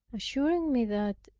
assuring me that,